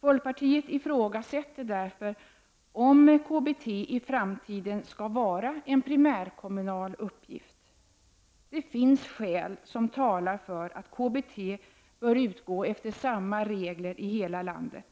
Folkpartiet ifrågasätter därför om KBT i framtiden skall vara en primärkommunal uppgift. Det finns skäl som talar för att KBT bör utgå efter samma regler i hela landet.